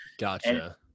Gotcha